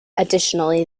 additionally